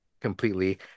completely